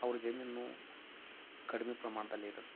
ಅವರ ಜಮೀನು ಕಡಿಮೆ ಪ್ರಮಾಣದಲ್ಲಿ ಇರುತ್ತೆ